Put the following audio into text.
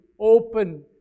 open